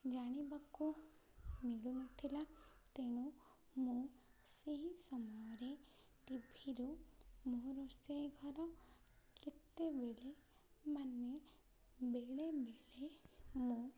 ଜାଣିବାକୁ ମିଳୁନଥିଲା ତେଣୁ ମୁଁ ସେହି ସମୟରେ ଟିଭିରୁ ମୋ ରୋଷେଇ ଘର କେତେବେଳେ ମାନେ ବେଳେବେଳେ ମୁଁ